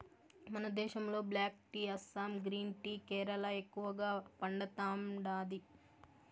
మన దేశంలో black tea Assam green tea Kerala ఎక్కువగా పండతాండాది